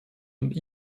und